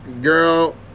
Girl